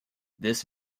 this